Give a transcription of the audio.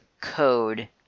code